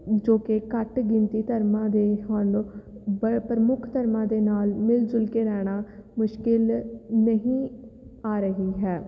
ਜੋ ਕਿ ਘੱਟ ਗਿਣਤੀ ਧਰਮਾਂ ਦੇ ਹਨ ਬ ਪ੍ਰਮੁੱਖ ਧਰਮਾਂ ਦੇ ਨਾਲ ਮਿਲ ਜੁਲ ਕੇ ਰਹਿਣਾ ਮੁਸ਼ਕਿਲ ਨਹੀਂ ਆ ਰਹੀ ਹੈ